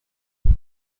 بود